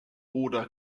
oder